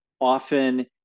often